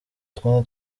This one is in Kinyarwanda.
utwenda